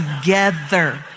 together